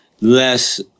less